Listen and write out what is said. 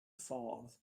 ffordd